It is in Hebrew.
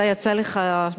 אתה יצא לך,